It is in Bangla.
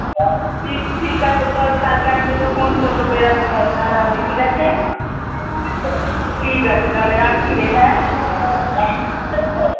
ঠিক ঠিক আছে চল কালকে আমি তোকে ফোন করবো বেরোনোর নার আগে ঠিক আছে ঠিক আছে তাহলে রাখছি রে হ্যাঁ